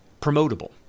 promotable